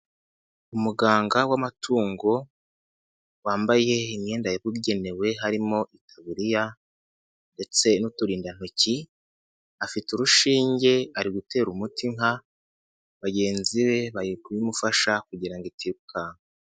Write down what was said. Umuganga w'amatungo wambaye imyenda yabugenewe harimo itaburiya ndetse n'uturindantoki afite urushinge ari gutera umuti inka, bagenzi be bari kuyimufasha kugira ngo itirukanka.